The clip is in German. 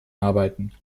arbeiten